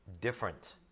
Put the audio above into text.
different